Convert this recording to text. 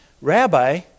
Rabbi